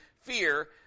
fear